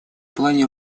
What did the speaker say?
плане